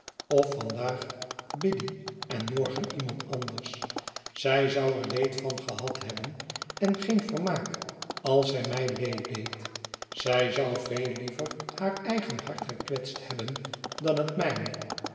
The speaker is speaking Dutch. of vandaag biddy en morgen iemand anders zij zou er leed van gehad hebben en geen vermaak als zij mij leed deed zij zou veel liever haar eigen hart gekwetst hebben dan het mijne